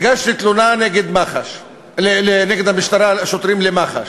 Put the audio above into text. הגשתי תלונה נגד שוטרים למח"ש,